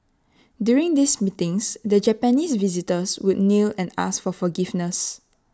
during these meetings the Japanese visitors would kneel and ask for forgiveness